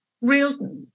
real